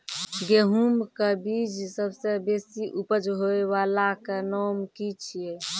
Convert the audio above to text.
गेहूँमक बीज सबसे बेसी उपज होय वालाक नाम की छियै?